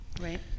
Right